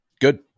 Good